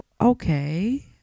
okay